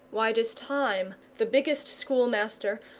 why does time, the biggest schoolmaster,